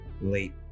late